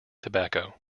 tobacco